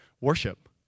worship